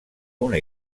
una